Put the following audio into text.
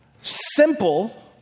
Simple